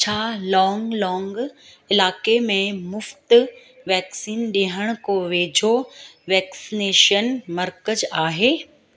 छा लॉन्ग लॉन्ग इलाइक़े में मुफ़्ति वैक्सीन ॾियण को वेझो वैक्सीनेशन मर्कज़ आहे